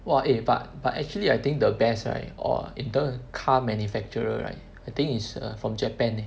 !wah! eh but but actually I think the best right or in term of car manufacturer right I think is err from Japan eh